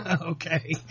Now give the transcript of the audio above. okay